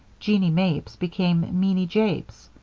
jeanie mapes became meanie japes,